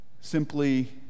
simply